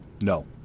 No